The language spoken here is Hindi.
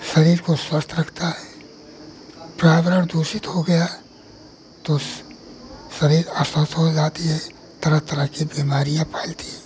शरीर को स्वस्थ रखता है पर्यावरण दूषित हो गया तो शरीर अस्वस्थ हो जाता है तरह तरह की बीमारियाँ फैलती हैं